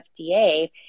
FDA